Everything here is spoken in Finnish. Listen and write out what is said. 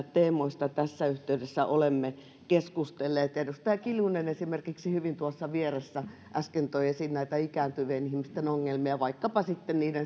teemoista tässä yhteydessä olemme keskustelleet edustaja kiljunen esimerkiksi hyvin tuossa vieressä äsken toi esiin ikääntyvien ihmisten ongelmia vaikkapa sitten